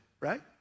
right